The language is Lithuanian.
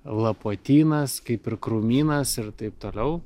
lapuotynas kaip ir krūmynas ir taip toliau